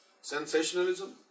sensationalism